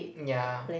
ya